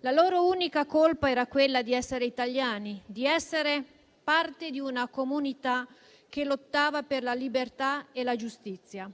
La loro unica colpa era quella di essere italiani, di essere parte di una comunità che lottava per la libertà e la giustizia.